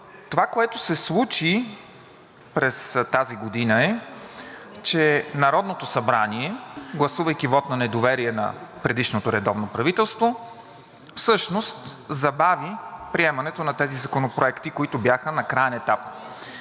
Това, което се случи през тази година, е, че Народното събрание, гласувайки вот на недоверие на предишното редовно правителство, всъщност забави приемането на тези законопроекти, които бяха на краен етап.